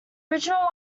original